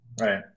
right